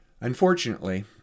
Unfortunately